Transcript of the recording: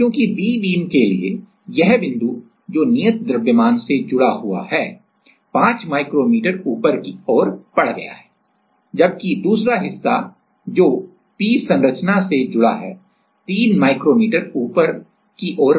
क्योंकि B beam के लिए यह बिंदु जो नियत द्रव्यमान प्रूफ मास proof mass से जुड़ा हुआ है 5 माइक्रोमीटर ऊपर की ओर बढ़ गया है जबकि दूसरा हिस्सा जो P संरचना से जुड़ा है 3 माइक्रोमीटर ऊपर की ओर बढ़ गया है